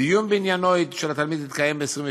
דיון בעניינו של התלמיד התקיים ב-27